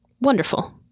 wonderful